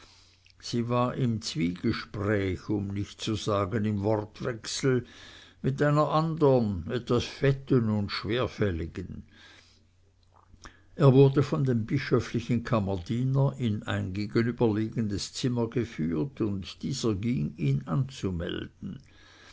sie war im zwiegespräch um nicht zu sagen im wortwechsel mit einer andern etwas fetten und schwerfälligen er wurde von dem bischöflichen kammerdiener in ein gegenüberliegendes zimmer geführt und dieser ging ihn anzumelden